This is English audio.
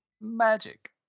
Magic